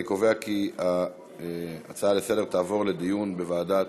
אני קובע כי ההצעה לסדר-היום תועבר לדיון בוועדת